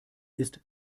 ist